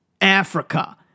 Africa